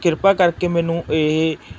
ਕਿਰਪਾ ਕਰਕੇ ਮੈਨੂੰ ਇਹ